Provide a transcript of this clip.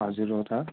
हजुर हो त